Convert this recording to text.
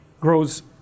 grows